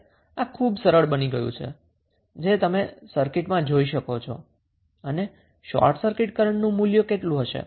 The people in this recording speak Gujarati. હવે આ ખૂબ જ સરળ બની ગયું છે જે તમે સર્કિટમાંથી જ જોઈ શકો છો અને શોર્ટ સર્કિટ કરન્ટનું મૂલ્ય કેટલું હશે